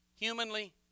humanly